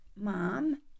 Mom